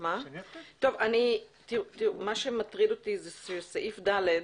מה שמטריד אותי זה סעיף (ד).